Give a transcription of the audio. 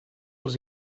els